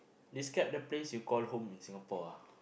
describe the place you call home in Singapore